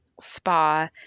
spa